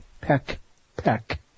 Peck-peck